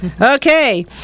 Okay